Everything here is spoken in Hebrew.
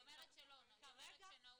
היא אומרת שלא, היא אומרת שנעול לא מתאים לו.